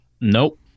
Nope